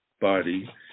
body